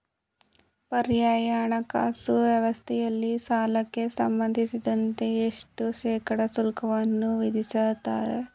ಪರ್ಯಾಯ ಹಣಕಾಸು ಸಂಸ್ಥೆಗಳಲ್ಲಿ ಸಾಲಕ್ಕೆ ಸಂಬಂಧಿಸಿದಂತೆ ಎಷ್ಟು ಶೇಕಡಾ ಶುಲ್ಕವನ್ನು ವಿಧಿಸುತ್ತಾರೆ?